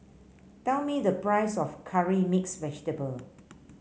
tell me the price of Curry Mixed Vegetable